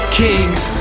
kings